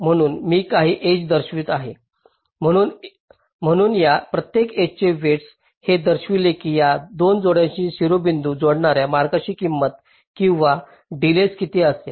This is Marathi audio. म्हणून मी काही एज दर्शवित आहे म्हणून या प्रत्येक एजचे वेईटस हे दर्शविते की या 2 जोड्यांशी शिरोबिंदू जोडणार्या मार्गाची किंमत किंवा डिलेज किती असेल